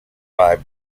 five